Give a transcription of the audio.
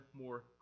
more